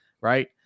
right